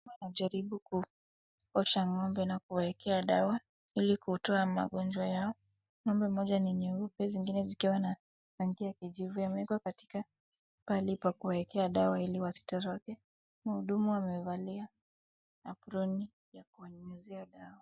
wanajaribu kuosha ng'ombe na kuwaekea dawa hili kutoa magonjwa yao.Ng'ombe mmoja ni mweupe wengine wakiwa na rangi ya kijivu. Wameweka katika mahali pa kuwaekea dawa hili wasitoroke. Muhudumu amevalia aproni ya kuwanyunyizia dawa.